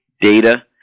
data